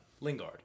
Lingard